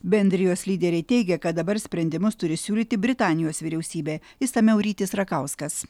bendrijos lyderiai teigė kad dabar sprendimus turi siūlyti britanijos vyriausybė išsamiau rytis rakauskas